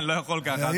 לא יכול ככה, אדוני.